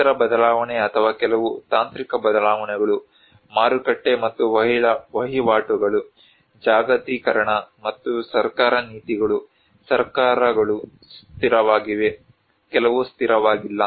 ಪರಿಸರ ಬದಲಾವಣೆ ಅಥವಾ ಕೆಲವು ತಾಂತ್ರಿಕ ಬದಲಾವಣೆಗಳು ಮಾರುಕಟ್ಟೆ ಮತ್ತು ವಹಿವಾಟುಗಳು ಜಾಗತೀಕರಣ ಮತ್ತು ಸರ್ಕಾರ ನೀತಿಗಳು ಸರ್ಕಾರಗಳು ಸ್ಥಿರವಾಗಿವೆ ಕೆಲವು ಸ್ಥಿರವಾಗಿಲ್ಲ